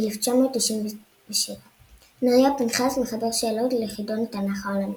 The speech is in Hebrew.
1997. נריה פנחס מחבר שאלות לחידון התנ"ך העולמי.